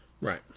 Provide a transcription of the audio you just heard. Right